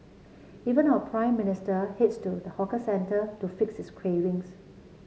even our Prime Minister heads to the hawker centre to fix his cravings